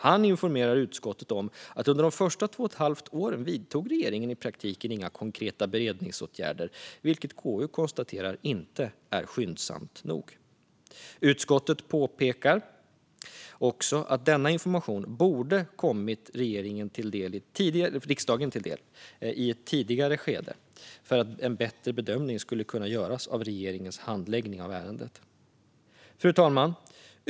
Han informerade utskottet om att regeringen under de första två och ett halvt åren i praktiken inte vidtog några konkreta beredningsåtgärder, vilket KU konstaterar inte är skyndsamt nog. Utskottet påpekar också att denna information borde ha kommit riksdagen till del i ett tidigare skede för att en bättre bedömning skulle ha kunnat göras av regeringens handläggning av ärendet. Fru talman!